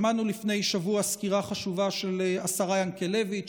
שמענו לפני שבוע סקירה חשובה של השרה ינקלביץ'.